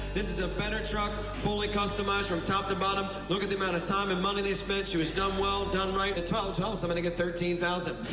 this is a better truck, fully customized from top to bottom. look at the amount of time and money they spent. she was done well, done right, twelve, somebody give thirteen thousand.